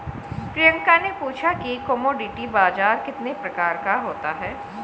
प्रियंका ने पूछा कि कमोडिटी बाजार कितने प्रकार का होता है?